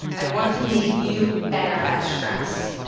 i want to make you better at stress.